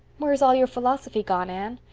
where's all your philosophy gone, anne?